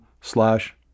slash